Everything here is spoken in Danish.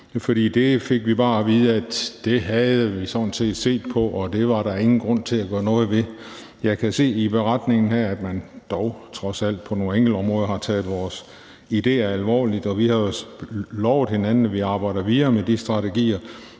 For vi fik bare at vide, at det havde man sådan set set på, og at det var der ingen grund til at gøre noget ved. Kl. 15:43 Jeg kan se i beretningen her, at man dog trods alt på nogle enkelte områder har taget vores idéer alvorligt, og vi har jo lovet hinanden, at vi arbejder videre med de strategier,